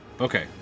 Okay